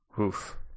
Oof